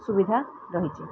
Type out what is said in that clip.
ସୁବିଧା ରହିଛି